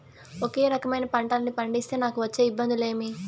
ఒకే రకమైన పంటలని పండిస్తే నాకు వచ్చే ఇబ్బందులు ఏమి?